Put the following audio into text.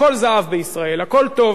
הכול זהב בישראל, הכול טוב.